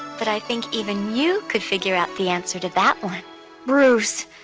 but i think even you could figure out the answer to that one bruce,